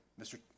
Mr